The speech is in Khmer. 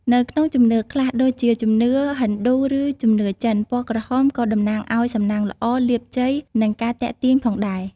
នៅក្នុងជំនឿខ្លះ ដូចជាជំនឿហិណ្ឌូ ឬជំនឿចិន ពណ៌ក្រហមក៏តំណាងឲ្យ សំណាងល្អ លាភជ័យ និងការទាក់ទាញផងដែរ។